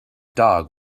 dog